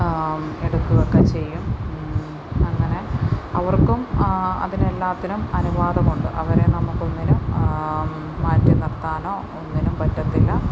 എടുക്കുവൊക്കെ ചെയ്യും അങ്ങനെ അവർക്കും അതിനെല്ലാത്തിനും അനുവാദമുണ്ട് അവരെ നമുക്ക് ഒന്നിനും മാറ്റി നിർത്താനോ ഒന്നിനും പറ്റില്ല